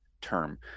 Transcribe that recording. term